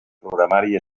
programari